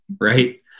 right